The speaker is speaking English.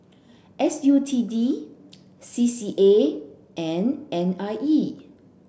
S U T D C C A and N I E